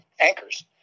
anchors